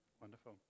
Wonderful